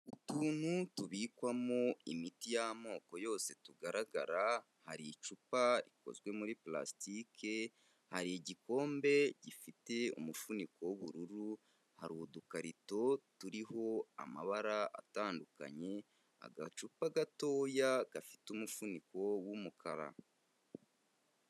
Utuntu tubikwamo imiti y'amoko yose tugaragara, hari icupa rikozwe muri purastike, hari igikombe gifite umufuniko w'ubururu, hari udukarito turiho amabara atandukanye, agacupa gatoya gafite umufuniko w'umukara.